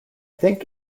think